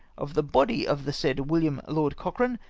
of the body of the said william lord cochrane,